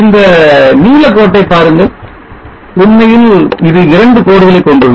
இந்த நீல கோட்டை பாருங்கள் உண்மையில் இது 2 கோடுகளை கொண்டுள்ளது